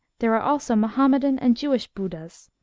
there are also mahomedan and jewish budas.